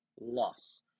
loss